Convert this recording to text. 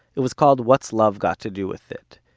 it was called, what's love got to do with it?